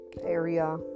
area